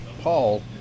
Paul